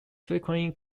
frequently